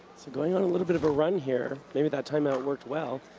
so going on a little bit of a run here. maybe that timeout worked well.